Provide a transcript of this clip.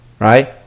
Right